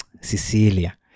Cecilia